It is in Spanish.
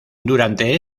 durante